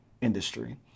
industry